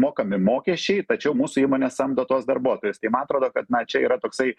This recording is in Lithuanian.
mokami mokesčiai tačiau mūsų įmonės samdo tuos darbuotojus tai man atrodo kad na čia yra toksai